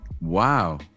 wow